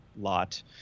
lot